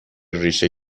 ریشه